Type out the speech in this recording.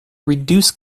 reduce